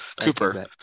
Cooper